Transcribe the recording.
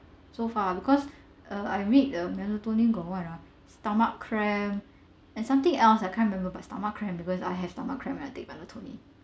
so far because uh I read the melatonin got what ah stomach cramp and something else I can't remember but stomach cramp because I have stomach cramp when I take melatonin